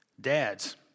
Dads